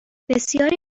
بسیاری